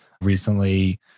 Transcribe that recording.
recently